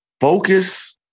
focus